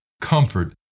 comfort